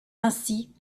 ainsi